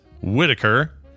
Whitaker